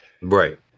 Right